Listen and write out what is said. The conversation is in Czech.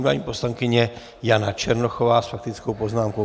Nyní paní poslankyně Jana Černochová s faktickou poznámkou.